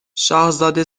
شاهزاده